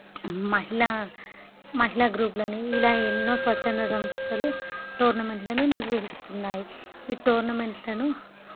మహిళా మహిళా గ్రూపులని ఇలా ఎన్నో స్వచ్ఛంద సంస్థలు టోర్నమెంట్లను నిర్వహిస్తున్నాయి ఈ టోర్నమెంట్లను